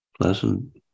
pleasant